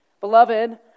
Beloved